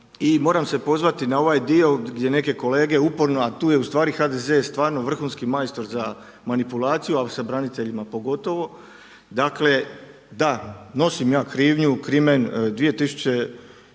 moram se pozvati na ovaj dio gdje neke kolege uporno, a tu je ustvari HDZ je stvarno vrhunski majstor za manipulaciju a s braniteljima pogotovo. Dakle, da, nosim ja krivnju, krimen, 2000.